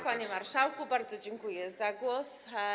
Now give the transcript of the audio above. Tak, panie marszałku, bardzo dziękuję za głos.